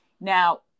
Now